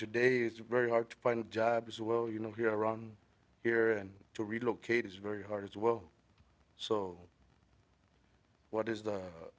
today it's very hard to find a job as well you know here around here and to relocate is very hard as well so what is the